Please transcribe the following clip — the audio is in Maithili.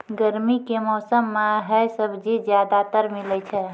गर्मी के मौसम मं है सब्जी ज्यादातर मिलै छै